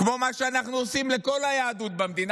כמו מה שאנחנו עושים לכל היהדות במדינה,